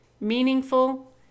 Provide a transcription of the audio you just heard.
meaningful